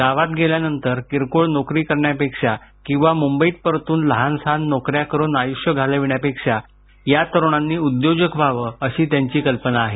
गावात गेल्यानंतर किरकोळ नोकरी करण्यापेक्षा किंवा मुंबईत परतून लहानसहान नोकऱ्या करून आयुष्य घालविण्यापेक्षा या तरुणांनी उद्योजक व्हावं अशी त्यांची कल्पना आहे